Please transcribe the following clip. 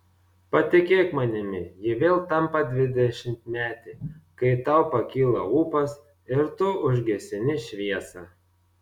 patikėk manimi ji vėl tampa dvidešimtmetė kai tau pakyla ūpas ir tu užgesini šviesą